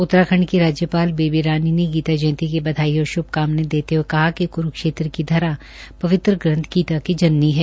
उतराखंड की राज्यपाल बेबी रानी ने गीता जयंती की बधाई और श्भकामनाएं देते हए कहा कि क्रुक्षेत्र की धरा पवित्र ग्रंथ गीता की जननी है